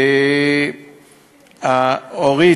אורית,